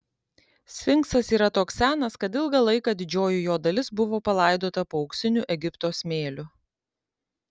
sfinksas yra toks senas kad ilgą laiką didžioji jo dalis buvo palaidota po auksiniu egipto smėliu